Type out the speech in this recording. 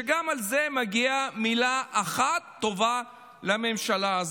וגם על זה מגיעה לפחות מילה טובה אחת לממשלה הזאת.